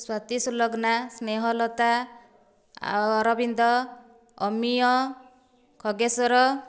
ସ୍ୱାତିସୁଲଗ୍ନା ସ୍ନେହଲତା ଆଉ ଅରବିନ୍ଦ ଅମୀୟ ଖଗେଶ୍ୱର